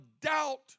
doubt